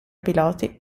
piloti